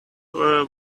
were